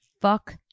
Fuck